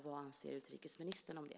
Vad anser utrikesministern om det?